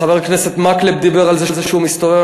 חבר הכנסת מקלב דיבר על זה שהוא מסתובב.